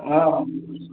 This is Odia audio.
ହଁ